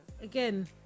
Again